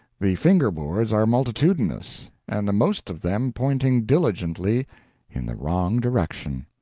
the finger-boards are multitudinous, and the most of them pointing diligently in the wrong direction.